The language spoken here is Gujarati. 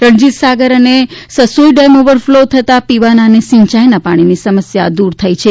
રણજીત સાગર અને સસોઈડેમ ઓવરફલો થતા પીવાના અને સિંચાઈના પાણીની સમસ્યા દૂર થઈ ગઈ છે